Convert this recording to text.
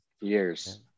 years